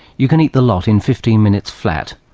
you can eat the lot in fifteen minutes flat,